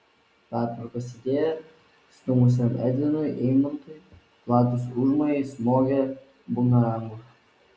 pertvarkos idėją stūmusiam edvinui eimontui platūs užmojai smogė bumerangu